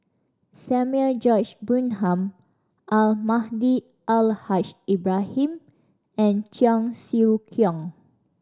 Samuel George Bonham Almahdi Al Haj Ibrahim and Cheong Siew Keong